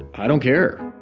i don't care.